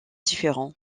différents